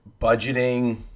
budgeting